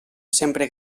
sempre